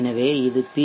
எனவே இது பி